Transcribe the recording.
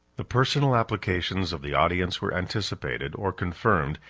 the personal applications of the audience were anticipated, or confirmed,